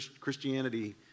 Christianity